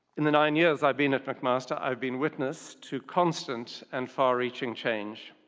in the nine years i've been at mcmaster i've been witnessed to constant and far-reaching change.